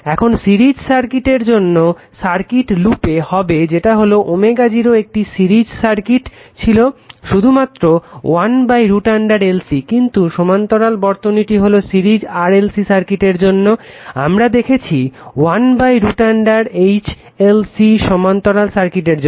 এখন সিরিজ সার্কিটের জন্য সার্কিটে লুপ হবে যেটা হলো ω0 এই সিরিজ সার্কিটটি ছিল শুধুমাত্র 1√ LC কিন্তু সমান্তরাল বর্তনীটি হলো সিরিজ RLC সার্কিটের জন্য আমারা দেখেছি 1√ hLC সমান্তরাল সার্কিটের জন্য